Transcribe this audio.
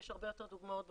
יש הרבה יותר דוגמאות בטבלה.